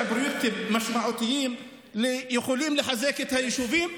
פרויקטים משמעותיים שיכולים לחזק את היישובים,